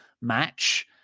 match